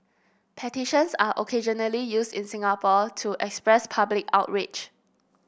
petitions are occasionally used in Singapore to express public outrage